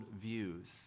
views